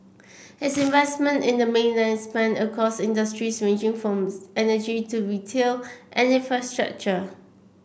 his investment in the mainland span across industries ranging from energy to retail and infrastructure